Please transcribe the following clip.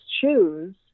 choose